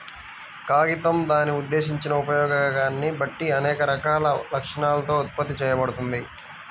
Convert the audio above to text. కాగితం దాని ఉద్దేశించిన ఉపయోగాన్ని బట్టి అనేక రకాల లక్షణాలతో ఉత్పత్తి చేయబడుతుంది